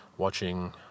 watching